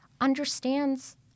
understands